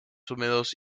húmedos